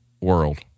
world